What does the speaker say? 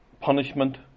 punishment